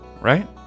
Right